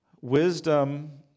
Wisdom